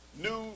new